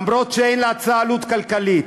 אף שאין להצעה עלות כלכלית,